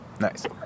Nice